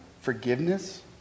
forgiveness